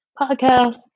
podcast